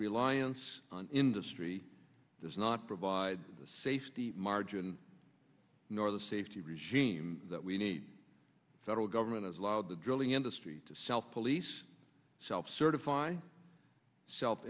reliance on industry does not provide the safety margin nor the safety regime that we need the federal government has allowed the drilling industry to self police self certify self